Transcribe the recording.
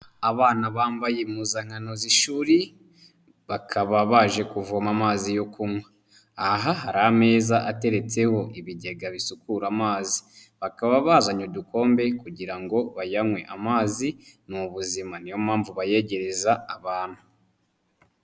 Abana bambaye impuzankano z'ishuri bakaba baje kuvoma amazi yo kunywa. Aha hari ameza ateretseho ibigega bisukura amazi bakaba bazanye udukombe kugira ngo bayanywe. Amazi ni buzima niyo mpamvu bayegereza abantu.